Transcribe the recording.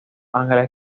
ángeles